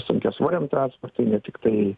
sunkiasvoriam transportui ne tiktai